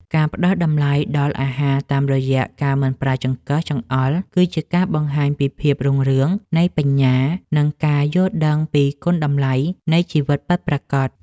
ការផ្តល់តម្លៃដល់អាហារតាមរយៈការមិនប្រើចង្កឹះចង្អុលគឺជាការបង្ហាញពីភាពរុងរឿងនៃបញ្ញានិងការយល់ដឹងពីគុណតម្លៃនៃជីវិតពិតប្រាកដ។